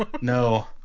No